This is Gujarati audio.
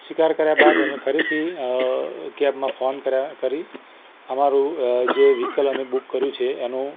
સ્વીકાર કર્યા બાદ અમે ફરીથી અ કૅબમાં ફોન કર્યા કરી અમારું જે વ્હીકલ અમે બૂક કર્યું છે એનું